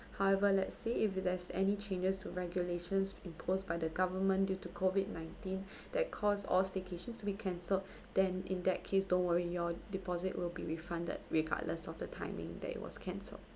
however let's say if there's any changes to regulations imposed by the government due to COVID nineteen that cause all staycations to be cancelled then in that case don't worry your deposit will be refunded regardless of the timing that it was cancelled